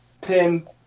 Pin